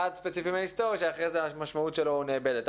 ספציפי מההיסטוריה שאחרי זה המשמעות שלו נאבדת,